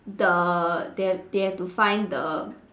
the they have they have to find the